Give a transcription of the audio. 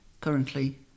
currently